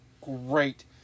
Great